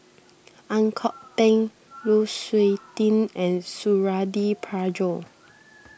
Ang Kok Peng Lu Suitin and Suradi Parjo